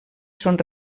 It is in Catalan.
són